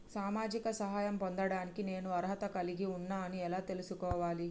సామాజిక సహాయం పొందడానికి నేను అర్హత కలిగి ఉన్న అని ఎలా తెలుసుకోవాలి?